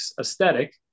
aesthetic